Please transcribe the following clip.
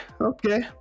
okay